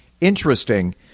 interesting